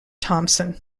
thompson